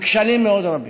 לכשלים מאוד רבים.